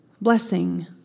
blessing